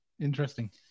interesting